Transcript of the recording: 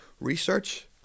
research